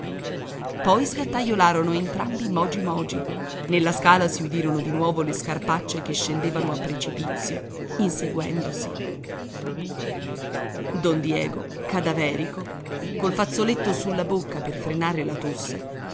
baronessa poi sgattaiolarono entrambi mogi mogi nella scala si udirono di nuovo le scarpaccie che scendevano a precipizio inseguendosi don diego cadaverico col fazzoletto sulla bocca per frenare la tosse